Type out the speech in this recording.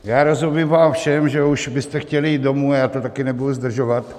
Já rozumím vám všem, že už byste chtěli jít domů, já to taky nebudu zdržovat.